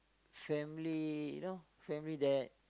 family you know family that